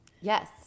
Yes